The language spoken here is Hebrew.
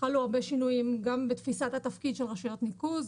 חלו הרבה שינויים גם בתפיסת התפקיד של רשויות הניקוז.